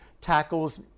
tackles